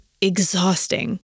exhausting